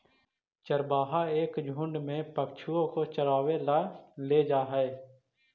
चरवाहा एक झुंड में पशुओं को चरावे ला ले जा हई